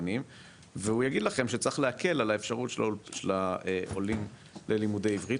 באולפנים והוא יגיד לכם שצריך להקל על האפשרות של עולים ללימודי עברית,